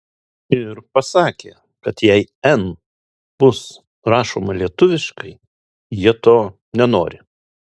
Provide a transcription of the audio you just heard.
ir pasakė kad jei n bus rašoma lietuviškai jie to nenori